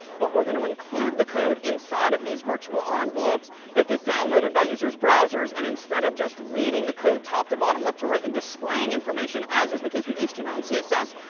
but we're going to include the code inside of these virtual um envelopes that get downloaded by users' browsers, and instead of just reading the code, top to bottom, left to right, and displaying information, as is the case with http and css,